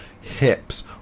hips